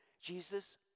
Jesus